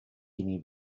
guinea